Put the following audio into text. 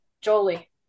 jolie